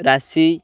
ରାଶି